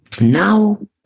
Now